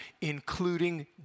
including